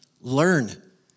learn